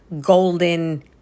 golden